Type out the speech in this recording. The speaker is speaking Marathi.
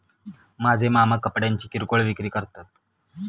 माझे मामा कपड्यांची किरकोळ विक्री करतात